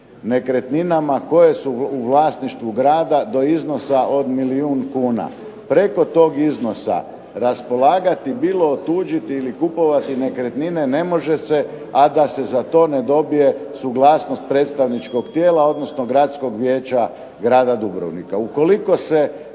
nekretninama koje su u vlasništvu grada do iznosa od milijun kuna. Preko tog iznosa raspolagati, bilo otuđiti ili kupovati nekretnine ne može se a da se za to ne dobije suglasnost predstavničkog tijela, odnosno Gradskog vijeća grada Dubrovnika.